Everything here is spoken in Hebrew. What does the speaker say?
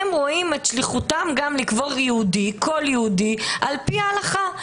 הן רואות את שליחותן לקבור כל יהודי על-פי ההלכה,